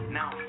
now